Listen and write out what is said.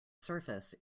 surface